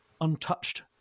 untouched